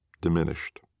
Diminished